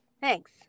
Thanks